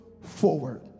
forward